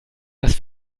das